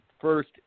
first